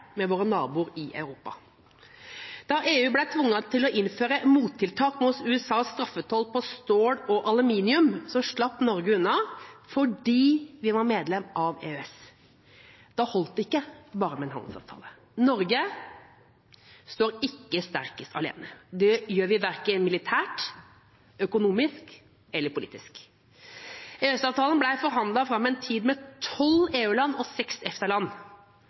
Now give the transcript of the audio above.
med våre naboer i Europa. Da EU ble tvunget til å innføre mottiltak mot USAs straffetoll på stål og aluminium, slapp Norge unna fordi vi var medlem av EØS. Da holdt det ikke med bare en handelsavtale. Norge står ikke sterkest alene. Det gjør vi verken militært, økonomisk eller politisk. EØS-avtalen ble forhandlet fram i en tid med tolv EU-land og seks